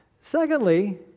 Secondly